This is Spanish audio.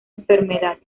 enfermedad